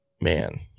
man